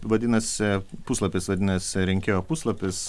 vadinasi puslapis vadinasi rinkėjo puslapis